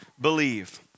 believe